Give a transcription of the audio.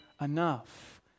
enough